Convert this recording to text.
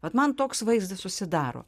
vat man toks vaizdas susidaro